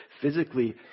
physically